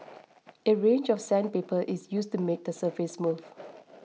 a range of sandpaper is used to make the surface smooth